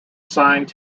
signed